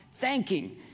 Thanking